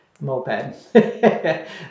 moped